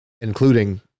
including